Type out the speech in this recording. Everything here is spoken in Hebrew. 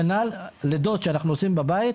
כנ"ל לידות שאנחנו עושים בבית.